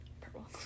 purple